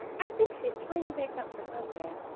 i think she's trying to make up for sunday,